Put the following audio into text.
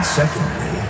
secondly